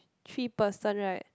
three person right